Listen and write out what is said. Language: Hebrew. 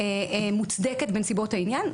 מוצדקת בנסיבות העניין.